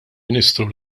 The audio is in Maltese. ministru